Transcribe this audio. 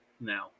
now